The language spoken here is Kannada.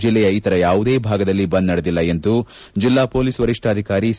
ಜಿಲ್ಲೆಯ ಇತರ ಯಾವುದೇ ಭಾಗದಲ್ಲಿ ಬಂದ್ ನಡೆದಿಲ್ಲ ಎಂದು ಜಿಲ್ಲಾ ಪೊಲೀಸ್ ವರಿಷ್ಠಾಧಿಕಾರಿ ಸಿ